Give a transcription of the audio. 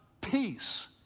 peace